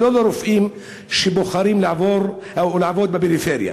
ולא לרופאים שבוחרים לעבוד בפריפריה.